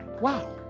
Wow